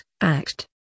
Act